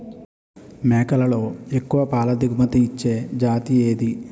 మేకలలో ఎక్కువ పాల దిగుమతి ఇచ్చే జతి ఏది?